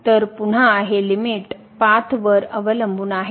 तर पुन्हा हे लिमिट पाथ वर अवलंबून आहे